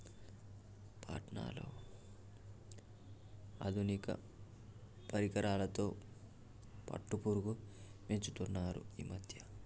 పట్నాలలో ఆధునిక పరికరాలతో పట్టుపురుగు పెంచుతున్నారు ఈ మధ్య